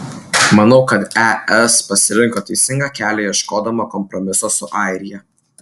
manau kad es pasirinko teisingą kelią ieškodama kompromiso su airija